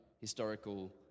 historical